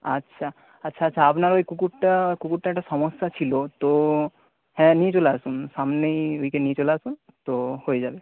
আচ্ছা আচ্ছা আচ্ছা আপনার ওই কুকুরটা কুকুরটার একটা সমস্যা ছিল তো হ্যাঁ নিয়ে চলে আসুন সামনেই উইকে নিয়ে চলে আসুন তো হয়ে যাবে